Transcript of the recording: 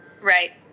Right